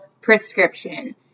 prescription